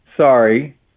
Sorry